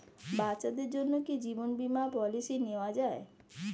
বাচ্চাদের জন্য কি জীবন বীমা পলিসি নেওয়া যায়?